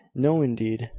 no, indeed.